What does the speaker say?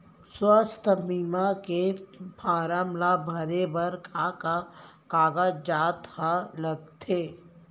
स्वास्थ्य बीमा के फॉर्म ल भरे बर का का कागजात ह लगथे?